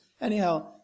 anyhow